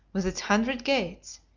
with its hundred gates,